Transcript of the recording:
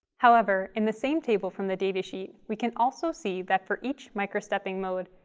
however, in the same table from the datasheet, we can also see that for each microstepping mode,